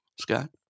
scott